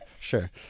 sure